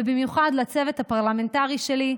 ובמיוחד לצוות הפרלמנטרי שלי,